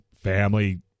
family